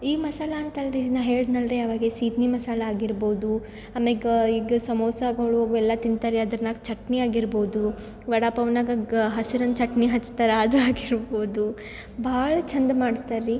ಈ ಮಸಾಲೆ ಅಂತ ಅಲ್ಲರೀ ನಾ ಹೇಳ್ದೆನಲ್ರಿ ಅವಾಗೇ ಸೀತನಿ ಮಸಾಲೆ ಆಗಿರ್ಬೋದು ಆಮ್ಯಾಗೆ ಈಗ ಸಮೋಸಗಳು ಅವು ಎಲ್ಲ ತಿಂತಾರೆ ಅದರ್ನಾಗ ಚಟ್ನಿ ಆಗಿರ್ಬೋದು ವಡ ಪಾವ್ನಾಗ ಗ ಹಸಿರನ ಚಟ್ನಿ ಹಚ್ತಾರೆ ಅದು ಆಗಿರ್ಬೋದು ಭಾಳ ಛಂದ ಮಾಡ್ತಾರ್ರಿ